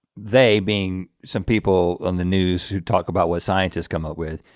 they being some people on the news who talk about what scientists come up with,